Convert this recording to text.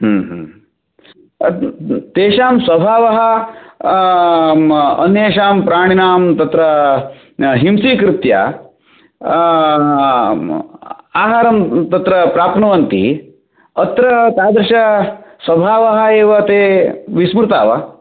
तेषां स्वभावः अन्येषां प्राणिनां तत्र हिंसि कृत्य आहारं तत्र प्राप्नुवन्ति अत्र तादृश स्वभावः एव ते विस्मृता वा